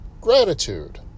gratitude